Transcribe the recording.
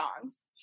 songs